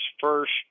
first